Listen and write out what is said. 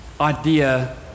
idea